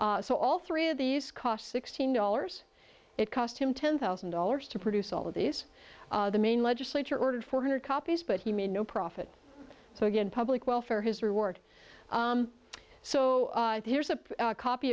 already so all three of these cost sixteen dollars it cost him ten thousand dollars to produce all of these the main legislature ordered four hundred copies but he made no profit so again public welfare his reward so here's a copy